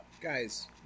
Guys